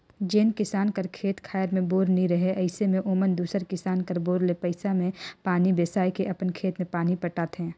जेन किसान कर खेत खाएर मे बोर नी रहें अइसे मे ओमन दूसर किसान कर बोर ले पइसा मे पानी बेसाए के अपन खेत मे पानी पटाथे